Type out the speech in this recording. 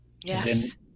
Yes